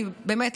כי באמת